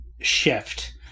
shift